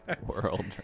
World